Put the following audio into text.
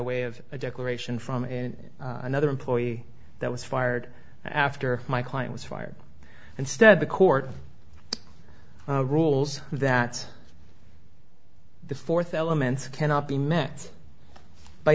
way of a declaration from and another employee that was fired after my client was fired instead the court rules that the fourth elements cannot be met by